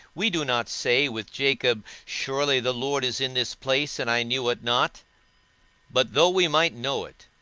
we do not say with jacob, surely the lord is in this place, and i knew it not but though we might know it,